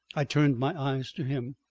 i turned my eyes to him,